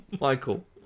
Michael